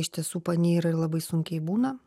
iš tiesų panyra ir labai sunkiai būna